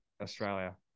Australia